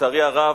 לצערי הרב,